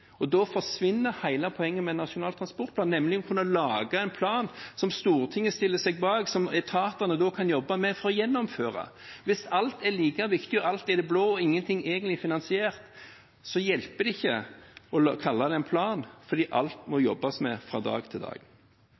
Og da forsvinner hele poenget med Nasjonal transportplan, nemlig å kunne lage en plan som Stortinget stiller seg bak, og som etatene kan jobbe med for å gjennomføre. Hvis alt er like viktig, alt er i det blå og ingenting egentlig er finansiert, hjelper det ikke å kalle det en plan, for alt må jobbes med fra dag til dag.